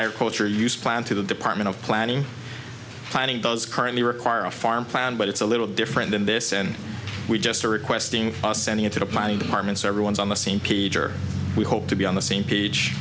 agriculture use plan to the department of planning planning does currently require a farm plan but it's a little different than this and we just are requesting ascending into the planning department so everyone's on the page or we hope to be on the same page